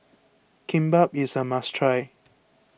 Kimbap is a must try